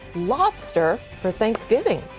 lobster for thanksgiving.